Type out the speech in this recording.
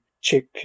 check